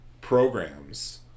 programs